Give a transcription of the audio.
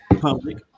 public